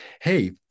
hey